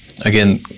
again